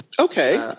Okay